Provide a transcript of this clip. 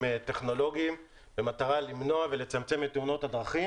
טכנולוגיים במטרה למנוע ולצמצם את תאונות הדרכים,